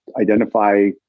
identify